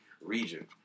region